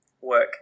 work